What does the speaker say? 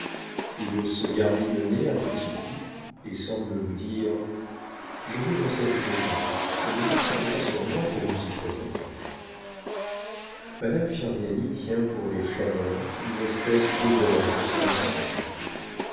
il se garnit le nez à petits coups et semble vous dire je vais dans cette maison mais ne comptez pas sur moi pour vous y présenter madame firmiani tient pour les flâneurs une espèce d'auberge sans enseigne